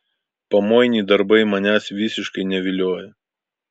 pamoini darbai manęs visiškai nevilioja